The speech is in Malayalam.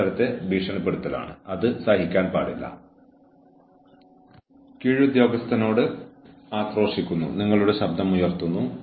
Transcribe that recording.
ജോലിസ്ഥലത്തെ ഭീഷണിപ്പെടുത്തലിനെക്കുറിച്ച് സംസാരിക്കുമ്പോൾ നമ്മൾ ഇതിനെക്കുറിച്ച് കൂടുതൽ സംസാരിക്കുമെന്ന് ഞാൻ അർത്ഥമാക്കുന്നു